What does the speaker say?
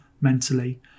mentally